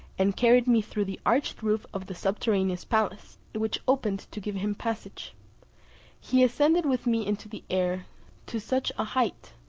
and carried me through the arched roof of the subterraneous palace, which opened to give him passage he ascended with me into the air to such a height,